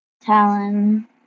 Talon